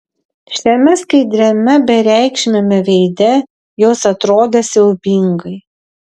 šiame skaidriame bereikšmiame veide jos atrodė siaubingai